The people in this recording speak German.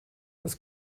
das